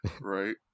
Right